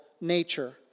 nature